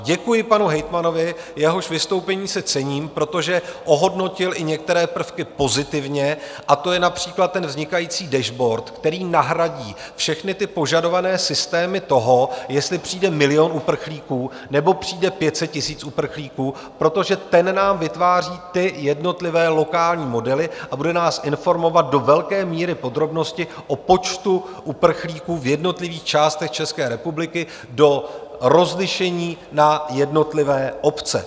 Děkuji panu hejtmanovi, jehož vystoupení si cením, protože ohodnotil i některé prvky pozitivně, a to je například vznikající dashboard, který nahradí všechny požadované systémy toho, jestli přijde milion uprchlíků nebo přijde 500 000 uprchlíků, protože ten nám vytváří jednotlivé lokální modely a bude nás informovat do velké míry podrobnosti o počtu uprchlíků v jednotlivých částech České republiky do rozlišení na jednotlivé obce.